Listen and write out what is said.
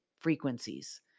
frequencies